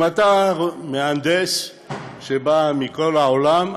אם אתה מהנדס שבא מכל העולם,